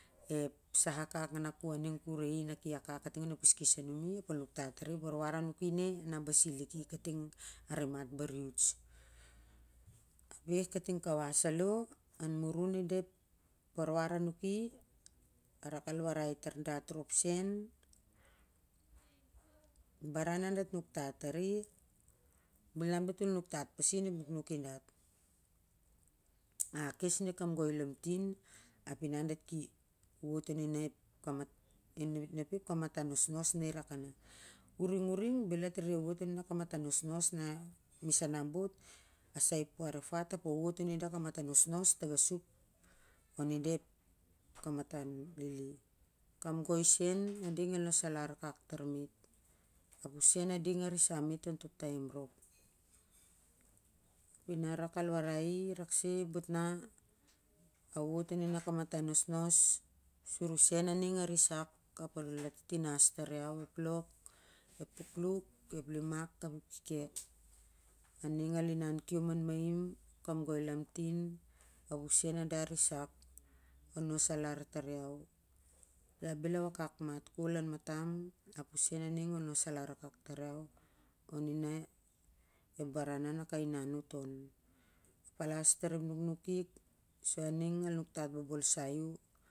Epsa akak na ku aning ku re i na ki akak kating onep keskes anumi, ap ol nuktat tari ep warwar anuki ne, na basi liki, kating arimat bar youths. Ape kating kawas alo, anmurun ida ep warwar anuki, arak al warai tar dat rop sen, baran na dat nuktat tari bel inap datol nuktat pasi onep nuknukin dat, ah akes nunep kamgoi lamtin ap ina dat ki wot on ina ep kamat na pe ep kamatan nakirakaning, uring, uring bel diat rere wot an ina ep kamatan nosnos na misana bot ah sai puar ep fat apa wot on ida ep kamatan nosnos taga sup on ida ep kamatan lili, kamgoi sen ading el nos alar akak tar met, apu sen ading arisam met ontoh taim rop, ina arakal waraki rakse, botna a wot on ina ep kamatan nosnos sur u sen aning arisak ap ol atitinas tar iau, ep lok, ep pukluk, ep limak ap ep kekek, aning al inan kiom anmaim, kamgoi lamtin, apu sen ada arisak ol nos alar tar iau lar bel awakak mat kol anmatam apu sen aning ol nos akak tar iau onina ep banana ka inan ot on, palas tar ep nuknukik su aning al nuktat bobolsai u.